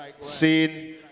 seen